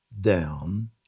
down